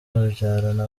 abyarana